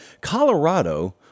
Colorado